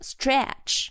Stretch